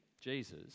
Jesus